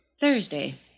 Thursday